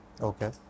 Okay